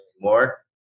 more